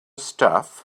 stuff